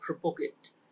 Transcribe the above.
propagate